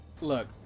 look